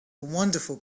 wonderful